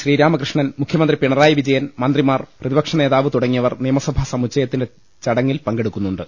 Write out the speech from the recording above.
ശ്രീരാമകൃഷ്ണൻ മുഖ്യമന്ത്രി പിണ റായി വിജയൻ മന്ത്രിമാർ പ്രതിപക്ഷനേതാവ് തുടങ്ങിയവർ നിയ മസഭാ സമുച്ചയത്തിലെ ചടങ്ങിൽ പങ്കെടുക്കുന്നുണ്ട്